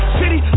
city